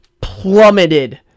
Plummeted